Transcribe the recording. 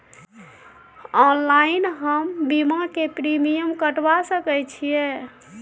Online हम बीमा के प्रीमियम कटवा सके छिए?